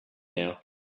now